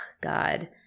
God